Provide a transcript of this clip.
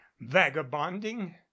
vagabonding